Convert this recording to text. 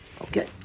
okay